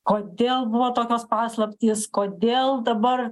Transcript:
kodėl buvo tokios paslaptys kodėl dabar